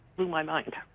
blew my mind.